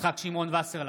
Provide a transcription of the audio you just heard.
יצחק שמעון וסרלאוף,